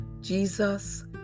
jesus